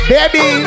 Baby